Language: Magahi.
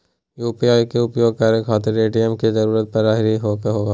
यू.पी.आई के उपयोग करे खातीर ए.टी.एम के जरुरत परेही का हो?